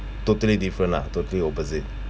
totally different lah totally opposite